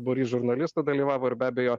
būrys žurnalistų dalyvavo ir be abejo